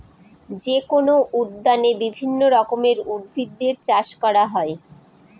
যেকোনো উদ্যানে বিভিন্ন রকমের উদ্ভিদের চাষ করা হয়